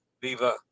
Viva